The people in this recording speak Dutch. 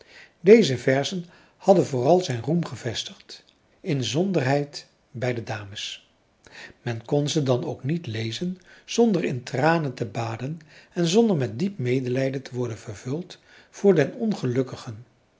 deze verzen hadden vooral zijn roem gevestigd inzonderheid bij de dames men kon ze dan ook niet lezen zonder in tranen te baden en zonder met diep medelijden te worden vervuld voor den ongelukkigen